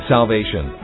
Salvation